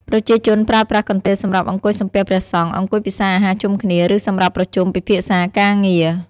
ប្រជាជនប្រើប្រាស់កន្ទេលសម្រាប់អង្គុយសំពះព្រះសង្ឃ អង្គុយពិសាអាហារជុំគ្នា ឬសម្រាប់ប្រជុំពិភាក្សាការងារ។